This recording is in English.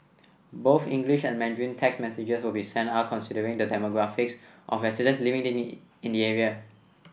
both English and Mandarin text messages will be sent out after considering the demographics of residents living in the area